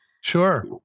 Sure